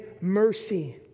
mercy